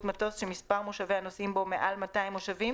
מטוס שמספר מושבי הנוסעים בו מעל 200 מושבים